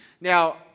Now